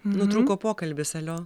nutrūko pokalbis alio